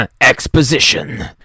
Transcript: exposition